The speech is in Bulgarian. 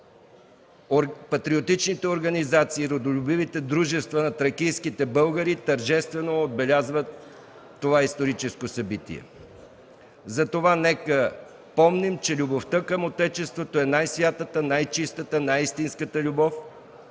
патриотичните организации, родолюбивите дружества на тракийските българи тържествено отбелязват това историческо събитие. Затова нека помним, че любовта към Отечеството е най-святата, най-чистата, най-истинската любов,